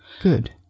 Good